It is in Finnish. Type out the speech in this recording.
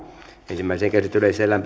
ensimmäiseen käsittelyyn esitellään